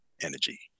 energy